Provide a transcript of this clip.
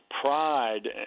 pride